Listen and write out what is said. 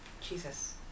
Jesus